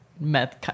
meth